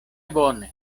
bone